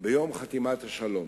ביום חתימת השלום.